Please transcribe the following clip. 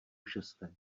šesté